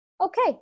okay